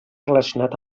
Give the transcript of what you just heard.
relacionat